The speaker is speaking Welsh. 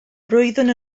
roeddwn